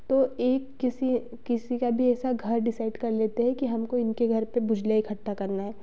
तो एक किसी किसी का भी ऐसा घर डिसाइड कर लेते है कि हमको इनके घर पर बुझलिया इकठ्ठा करना है